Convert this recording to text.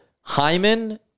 Hyman